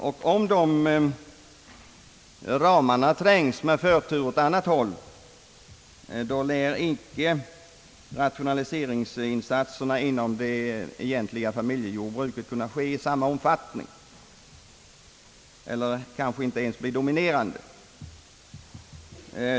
Och om inom de ramarna ges med förtur åt mycket stora objekt lär inte rationaliseringsinsatserna inom det egentliga familjejordbruket kunna få oförändrad omfattning och självfallet inte heller bli dominerande.